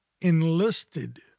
Enlisted